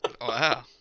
Wow